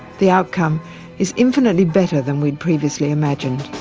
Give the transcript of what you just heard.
the outcome is infinitely better than we had previously imagined.